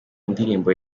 ndirimbo